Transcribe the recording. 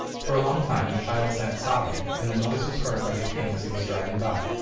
for a long time the child sat sobbing, and the noise was heard by the king as he was driving by.